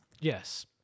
Yes